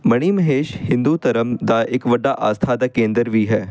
ਮਣੀ ਮਹੇਸ਼ ਹਿੰਦੂ ਧਰਮ ਦਾ ਇੱਕ ਵੱਡਾ ਆਸਥਾ ਦਾ ਕੇਂਦਰ ਵੀ ਹੈ